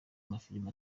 mafilime